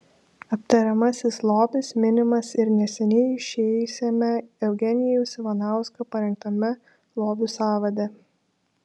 aptariamasis lobis minimas ir neseniai išėjusiame eugenijaus ivanausko parengtame lobių sąvade